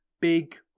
big